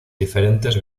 diferentes